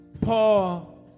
Paul